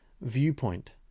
viewpoint